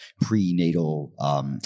prenatal